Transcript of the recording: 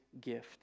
gift